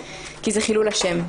כי זה חילול השם.